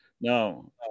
No